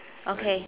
okay